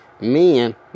men